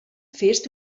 fährst